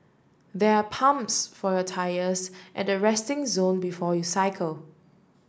there are pumps for your tyres at the resting zone before you cycle